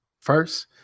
first